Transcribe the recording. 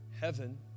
Heaven